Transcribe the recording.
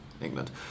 England